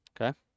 Okay